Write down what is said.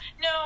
no